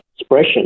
expression